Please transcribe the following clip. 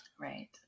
Right